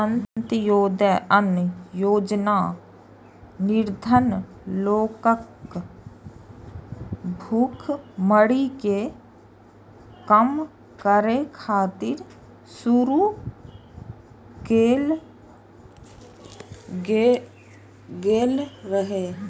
अंत्योदय अन्न योजना निर्धन लोकक भुखमरी कें कम करै खातिर शुरू कैल गेल रहै